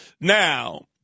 Now